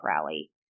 rally